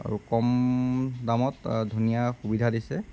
আৰু কম দামত ধুনীয়া সুবিধা দিছে